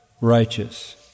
righteous